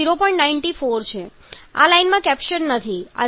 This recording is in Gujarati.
94 છે આ લાઇનમાં કૅપ્શન નથી આ 0